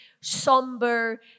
somber